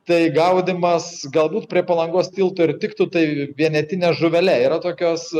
tai gaudymas galbūt prie palangos tilto ir tiktų tai vienetine žuvele yra tokios